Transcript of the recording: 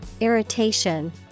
irritation